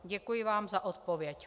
Děkuji vám za odpověď.